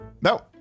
No